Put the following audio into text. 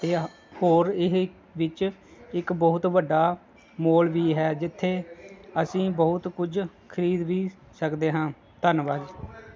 ਇਹ ਹੋਰ ਇਹ ਵਿੱਚ ਇੱਕ ਬਹੁਤ ਵੱਡਾ ਮੋਲ ਵੀ ਹੈ ਜਿੱਥੇ ਅਸੀਂ ਬਹੁਤ ਕੁਝ ਖਰੀਦ ਵੀ ਸਕਦੇ ਹਾਂ ਧੰਨਵਾਦ